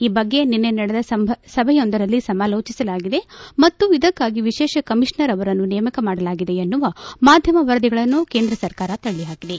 ಈ ಬಗ್ಗೆ ನಿನ್ನೆ ನಡೆದ ಸಭೆಯೊಂದರಲ್ಲಿ ಸಮಾಲೋಜಿಸಲಾಗಿದೆ ಮತ್ತು ಇದಕ್ಕಾಗಿ ವಿಶೇಷ ಕಮೀಷನರ್ ಅವರನ್ನು ನೇಮಕ ಮಾಡಲಾಗಿದೆ ಎನ್ನುವ ಮಾಧ್ಯಮ ವರದಿಗಳನ್ನು ಕೇಂದ್ರ ಸರ್ಕಾರ ತಳ್ಳಿಹಾಕಿದೆ